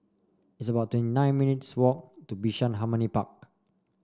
it's about twenty nine minutes' walk to Bishan Harmony Park